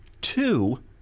two